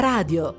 Radio